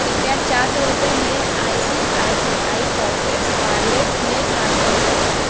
कृपया चार सौ रुपये मेरे I C I C I pockets wallet में ट्रांसफ़र करें